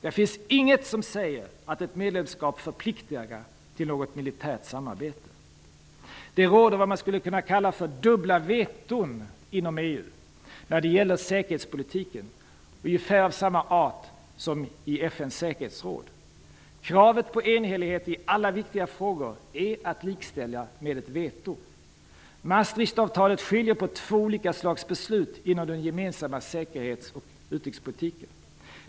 Där finns inget som säger att ett medlemskap förpliktigar till något militärt samarbete. Det råder vad man skulle kunna kalla dubbla veton inom EU när det gäller säkerhetspolitiken, av ungefär samma art som i FN:s säkerhetsråd. Kravet på enhällighet i alla viktiga frågor är att likställa med ett veto. Maastrichtavtalet skiljer på två olika slags beslut inom den gemensamma utrikes och säkerhetspolitiken.